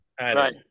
Right